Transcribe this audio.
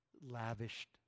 lavished